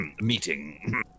meeting